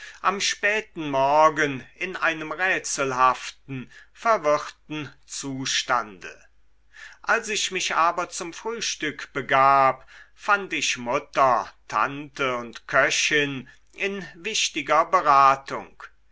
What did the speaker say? am späten morgen in einem rätselhaften verwirrten zustande als ich mich aber zum frühstück begab fand ich mutter tante und köchin in wichtiger beratung